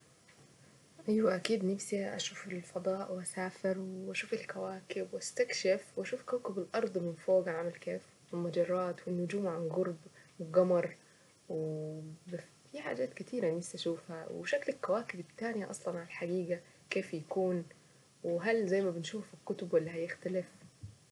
ايوة اكيد نفسي اشوف الفضاء واسافر واشوف الكواكب واستكشف واشوف كوكب الارض من فوق عامل كيف المجرات والنجوم عن قرب وقمر وفي حاجات كتيرة نفسي اشوفها وشكلك الكواكب التانية اصلا على حقيقة كيف يكون وهل زي ما بنشوف في الكتب ولا هيختلف.